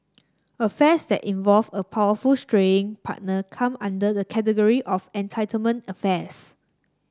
affairs that involve a powerful straying partner come under the category of entitlement affairs